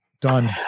Done